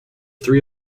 three